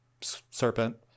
serpent